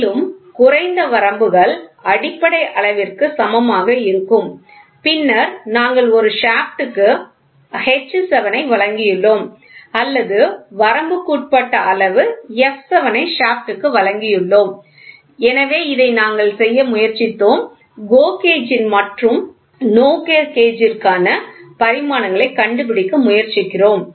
மேலும் குறைந்த வரம்புகள் அடிப்படை அளவிற்கு சமமாக இருக்கும் பின்னர் நாங்கள் ஒரு ஷாப்ட் க்கு H7 ஐ வழங்கியுள்ளோம் அல்லது வரம்புக்குட்பட்ட அளவு f7 ஐ ஷாப்ட் க்கு வழங்கியுள்ளோம் எனவே இதை நாங்கள் செய்ய முயற்சித்தோம் GO கேஜ் ன் மற்றும் NO GO கேஜ் ற்கான பரிமாணங்களைக் கண்டுபிடிக்க முயற்சிக்கிறோம்